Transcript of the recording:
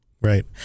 Right